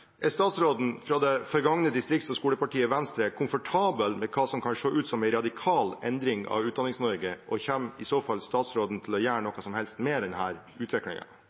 Er statsråden fra det forgangne distrikts- og skolepartiet Venstre komfortabel med hva som kan se ut som en radikal endring av Utdannings-Norge, og kommer i så fall statsråden til å gjøre noe som helst med